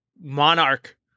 Monarch